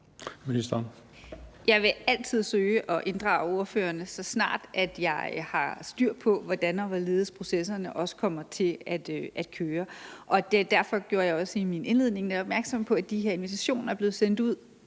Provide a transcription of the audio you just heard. Jeg vil altid søge at inddrage ordførerne, så snart jeg har styr på, hvordan og hvorledes processerne kommer til at køre. Derfor gjorde jeg også i min indledning opmærksom på, at de invitationer blev sendt ud